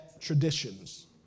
traditions